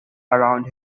around